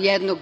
jednog